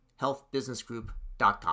healthbusinessgroup.com